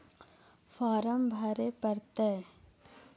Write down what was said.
Farm भरे परतय?